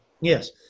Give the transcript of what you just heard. Yes